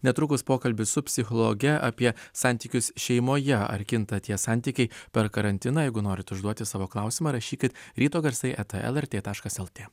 netrukus pokalbis su psichologe apie santykius šeimoje ar kinta tie santykiai per karantiną jeigu norit užduoti savo klausimą rašykit ryto garsai eta lrt taškas lt